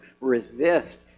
resist